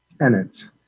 tenants